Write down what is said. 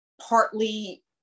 partly